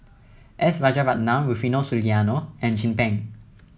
S Rajaratnam Rufino Soliano and Chin Peng